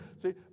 See